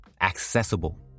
accessible